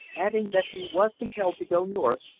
adding that he was compelled to go north,